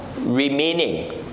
remaining